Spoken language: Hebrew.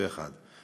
1: